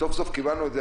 סוף סוף קיבלנו את זה,